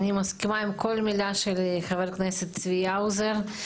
אני מסכימה עם כל מילה של חבר הכנסת צבי האוזר.